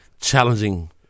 challenging